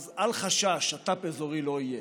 אז אל חשש, שת"פ אזורי לא יהיה.